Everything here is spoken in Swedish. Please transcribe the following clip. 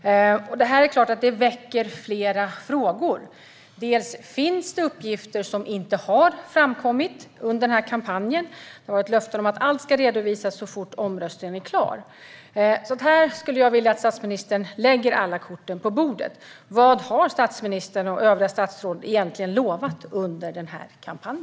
Det är klart att detta väcker flera frågor. Finns det uppgifter som inte har framkommit under denna kampanj? Det har getts löften om att allt ska redovisas så fort omröstningen är klar. Jag skulle vilja att statsministern lägger alla kort på bordet. Vad har statsministern och övriga statsråd egentligen lovat under denna kampanj?